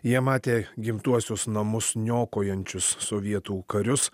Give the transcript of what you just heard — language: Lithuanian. jie matė gimtuosius namus niokojančius sovietų karius